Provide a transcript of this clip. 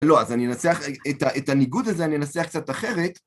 לא, אז אני אנסח את הניגוד הזה, אני אנסח קצת אחרת.